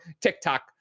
tiktok